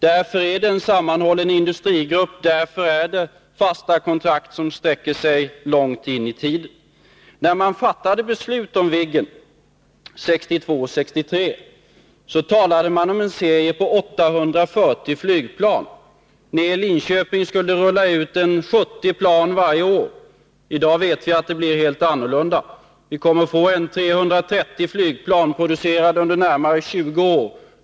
Därför är det en sammanhållen industrigrupp. Därför är det fasta kontrakt som sträcker sig långt in i tiden. När man fattade beslut om Viggen 1962/63, talade man om en serie på ca 840 flygplan. I Linköping skulle det rulla ut ca 70 plan varje år. I dag vet vi att det blev helt annorlunda. Vi kommer att få ca 330 flygplan, producerade under närmare 20 år.